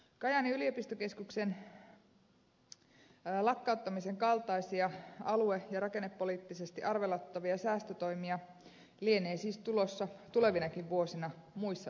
kajaanin yliopistokeskuksen lakkauttamisen kaltaisia alue ja rakennepoliittisesti arveluttavia säästötoimia lienee siis tulossa tulevinakin vuosina muissa yliopistoissa